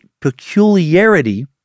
peculiarity